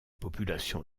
populations